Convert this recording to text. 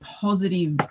positive